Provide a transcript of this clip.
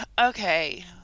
okay